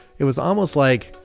it was almost like,